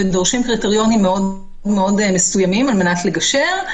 והן דורשות קריטריונים מאוד מסוימים על מנת לגשר.